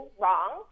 wrong